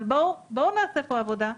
אבל בואו נעשה פה עבודה.